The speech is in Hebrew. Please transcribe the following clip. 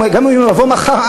גם הוא יבוא מחר,